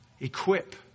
Equip